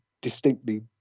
distinctly